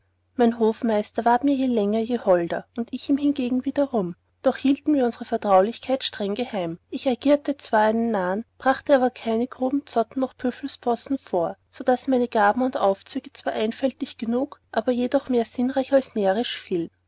mein hofmeister ward mir je länger je holder und ich ihm hingegen wiederum doch hielten wir unsere verträulichkeit sehr geheim ich agierte zwar einen narrn brachte aber keine grobe zotten noch büffelspossen vor so daß meine gaben und aufzüge zwar einfältig genug aber jedoch mehr sinnreich als närrisch fielen